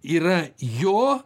yra jo